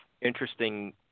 interesting